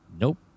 Nope